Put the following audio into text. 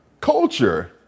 culture